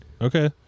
Okay